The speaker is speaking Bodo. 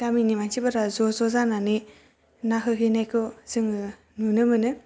गामिनि मानसिफोरा ज' ज' ना होहैनायखौ जोङो नुनो मोनो